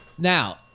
Now